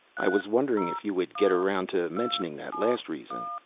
i was wondering if you would get around to mentioning that last reason.